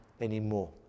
anymore